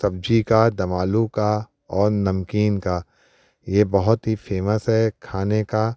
सब्जी का दमआलू का और नमकीन का ये बहुत ही फ़ेमस है खाने का